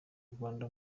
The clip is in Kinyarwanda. rwanda